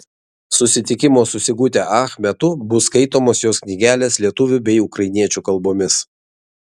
susitikimo su sigute ach metu bus skaitomos jos knygelės lietuvių bei ukrainiečių kalbomis